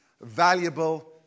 valuable